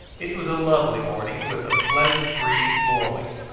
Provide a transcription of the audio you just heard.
it was a lovely morning, with a pleasant breeze blowing,